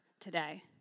today